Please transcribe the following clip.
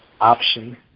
option